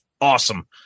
Awesome